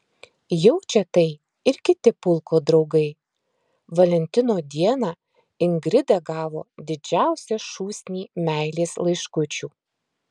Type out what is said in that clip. jaučia tai ir kiti pulko draugai valentino dieną ingrida gavo didžiausią šūsnį meilės laiškučių